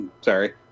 sorry